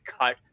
cut